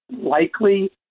likely